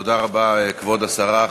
תודה רבה, כבוד השרה.